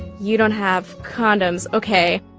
you don't have condoms. ok